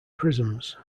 prisms